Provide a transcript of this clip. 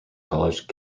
college